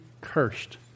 cursed